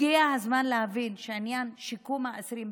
הגיע הזמן להבין שעניין שיקום האסירים,